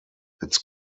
its